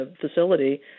facility